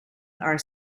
are